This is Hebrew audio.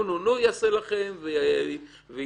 הוא יעשה לכם "נו-נו-נו",